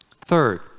Third